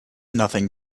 nothing